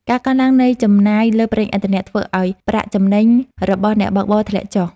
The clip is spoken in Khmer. ការកើនឡើងនៃចំណាយលើប្រេងឥន្ធនៈ ធ្វើឱ្យប្រាក់ចំណេញរបស់អ្នកបើកបរធ្លាក់ចុះ។